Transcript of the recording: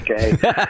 okay